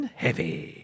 heavy